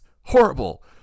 horrible